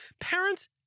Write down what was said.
Parents